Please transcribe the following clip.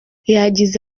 yagize